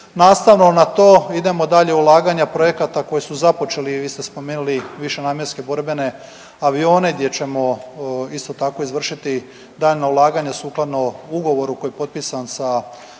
Nastavno na to idemo dalje u ulaganja projekata koji su započeli, vi ste spomenuli višenamjenske borbene avione gdje ćemo isto tako izvršiti daljnja ulaganja sukladno ugovoru koji je potpisan sa Republikom